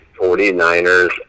49ers